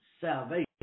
salvation